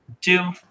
two